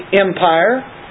empire